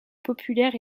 populaire